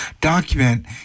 document